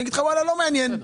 זה לא מעניין,